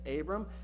Abram